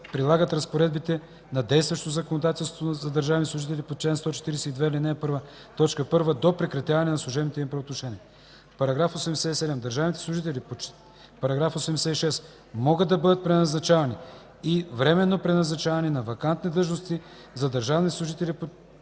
прилагат разпоредбите на действащото законодателство за държавните служители по чл. 142, ал. 1, т. 1 до прекратяване на служебните им правоотношения. § 87. Държавните служители по § 86 могат да бъдат преназначавани и временно преназначавани на вакантни длъжности за държавни служители по чл.